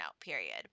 period